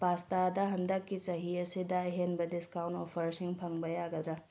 ꯄꯥꯁꯇꯥꯗ ꯍꯟꯗꯛꯀꯤ ꯆꯍꯤ ꯑꯁꯤꯗ ꯑꯍꯦꯟꯕ ꯗꯤꯁꯀꯥꯎꯟ ꯑꯣꯐꯔꯁꯤꯡ ꯐꯪꯕ ꯌꯥꯒꯗ꯭ꯔ